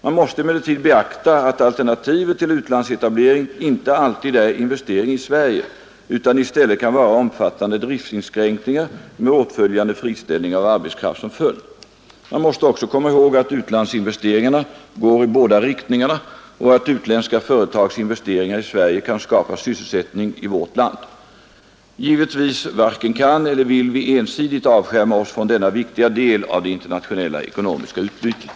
Man måste emellertid beakta att alternativet till utlandsetablering inte alltid är investering i Sverige utan i stället kan vara omfattande driftsinskränkningar med åtföljande friställning av arbetskraft som följd. Man måste också komma ihåg att utlandsinvesteringarna går i båda riktningarna och att utländska företags investeringar i Sverige kan skapa sysselsättning i vårt land. Givetvis varken kan eller vill vi ensidigt avskärma oss från denna viktiga del av det internationella ekonomiska utbytet.